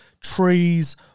trees